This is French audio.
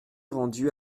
rendus